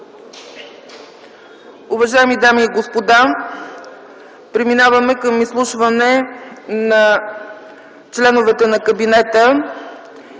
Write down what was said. Уважаеми дами и господа, преминаваме към изслушване на членовете на кабинета.